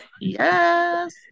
Yes